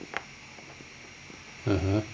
(uh huh)